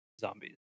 Zombies